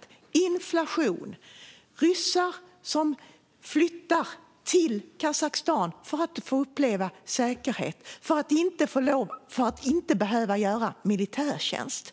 Det handlar om inflation, och det handlar om ryssar som flyttar till Kazakstan för att uppleva säkerhet och inte behöva göra militärtjänst.